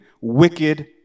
wicked